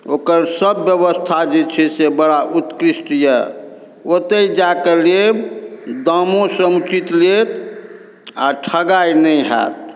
ओकर सब बेबस्था जे छै से बड़ा उत्कृष्ट अइ ओतहि जाकऽ लेब दामो समुचित लेत आओर ठगाइ नहि हैत